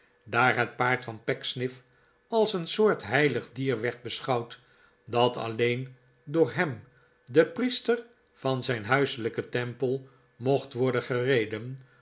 daar het paard van pecksniff als een soort heilig dier werd beschouwd dat alieen door hem den priester van zijn huiselijken tempel mocht worden gereden